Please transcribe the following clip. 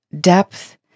depth